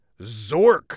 Zork